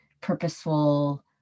purposeful